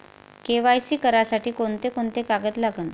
KYC करासाठी कोंते कोंते कागद लागन?